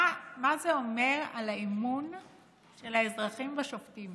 מה זה אומר על האמון של האזרחים בשופטים